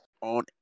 on